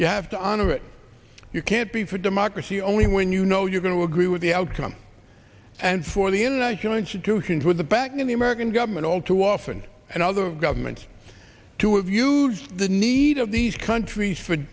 you have to honor it you can't be for democracy only when you know you're going to agree with the outcome and for the international institutions with the backing of the american government all too often and other governments to have huge the need of these countries for